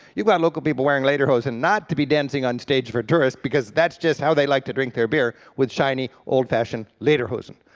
you got local people wearing lederhosen, not to be dancing on stage for tourists because that's just how they like to drink their beer, with shiny, old-fashioned lederhosen.